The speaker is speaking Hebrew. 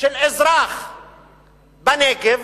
של אזרח בנגב